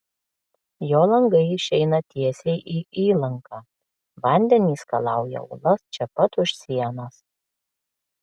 jo langai išeina tiesiai į įlanką vandenys skalauja uolas čia pat už sienos